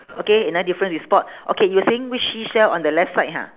okay another difference we spot okay you were saying which seashell on the left side ha